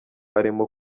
arimo